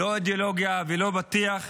לא אידיאולוגיה ולא בטיח.